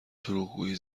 دروغگویی